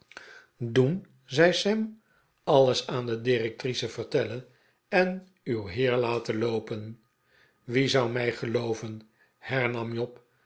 doen zei sam aues aan de directrice vertellen en uw heer laten loopen wie zou mij geloov en hernam job